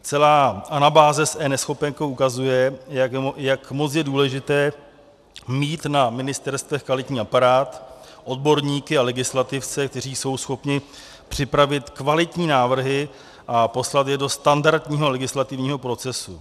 Celá anabáze s eNeschopenkou ukazuje, jak moc je důležité mít na ministerstvech kvalitní aparát, odborníky a legislativce, kteří jsou schopni připravit kvalitní návrhy a poslat je do standardního legislativního procesu.